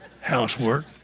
housework